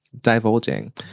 divulging